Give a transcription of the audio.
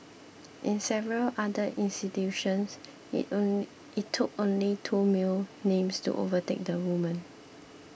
in several other institutions it only took only two male names to overtake the women